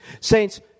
Saints